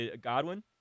Godwin